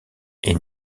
est